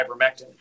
ivermectin